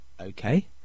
okay